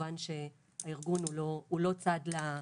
כמובן שהארגון הוא לא צד להסכם הקיבוצי.